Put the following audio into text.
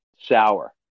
sour